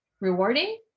rewarding